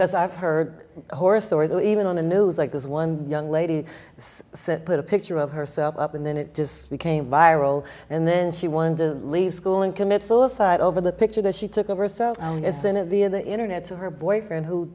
because i've heard horror stories or even on the news like this one young lady put a picture of herself up and then it just became viral and then she wanted to leave school and commit suicide over the picture that she took over so isn't it via the internet to her boyfriend who